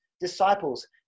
disciples